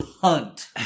punt